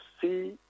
see